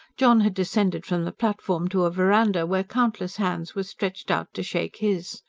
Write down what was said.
john had descended from the platform to a verandah, where countless hands were stretched out to shake his.